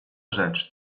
rzecz